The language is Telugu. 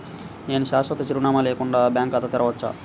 నేను శాశ్వత చిరునామా లేకుండా బ్యాంక్ ఖాతా తెరవచ్చా?